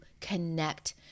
connect